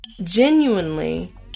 Genuinely